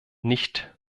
nicht